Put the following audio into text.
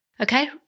Okay